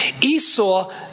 Esau